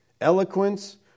eloquence